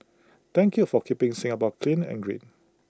thank you for keeping Singapore clean and green